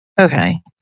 Okay